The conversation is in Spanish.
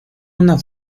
una